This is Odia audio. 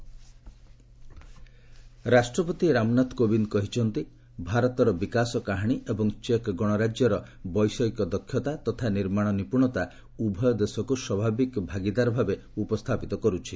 ପ୍ରେସିଡେଣ୍ଟ ଚେକ୍ ରିପବ୍ଲିକ୍ ରାଷ୍ଟ୍ରପତି ରାମନାଥ କୋବିନ୍ଦ୍ କହିଛନ୍ତି ଭାରତର ବିକାଶ କାହାଣୀ ଏବଂ ଚେକ୍ ଗଶରାଜ୍ୟର ବୈଷୟିକ ଦକ୍ଷତା ତଥା ନିର୍ମାଣ ନିପ୍ରଣତା ଉଭୟ ଦେଶକୂ ସ୍ୱାଭାବିକ ଭାଗିଦାର ଭାବେ ଉପସ୍ଥାପିତ କର୍ରଛି